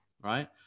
right